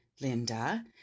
Linda